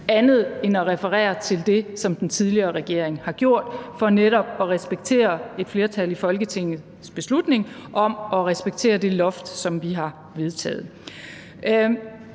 andet end at referere til det, som den tidligere regering har gjort for netop at respektere et flertal i Folketingets beslutning om at respektere det loft, som vi har vedtaget.